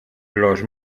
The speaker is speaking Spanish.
los